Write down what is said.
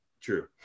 True